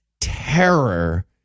terror